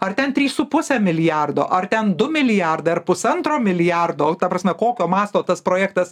ar ten trys su puse milijardo ar ten du milijardai ar pusantro milijardo ta prasme kokio masto tas projektas